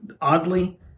oddly